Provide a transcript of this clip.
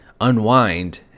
unwind